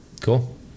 Cool